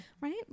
right